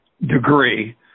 degree